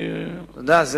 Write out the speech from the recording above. זה לא נכון.